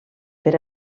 per